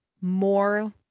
more